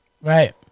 Right